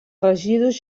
residus